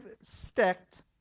stacked